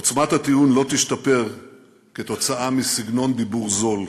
עוצמת הטיעון לא תשתפר מסגנון דיבור זול.